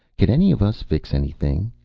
can any of us fix anything?